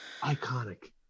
iconic